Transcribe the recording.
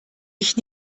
ich